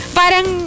parang